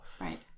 Right